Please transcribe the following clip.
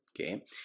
okay